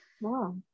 Wow